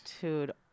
Dude